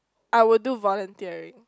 I would do volunteering